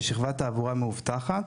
בשכבת תעבורה מאובטחת.